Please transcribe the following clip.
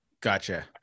Gotcha